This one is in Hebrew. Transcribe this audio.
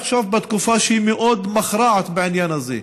עכשיו בתקופה מאוד מכרעת בעניין הזה,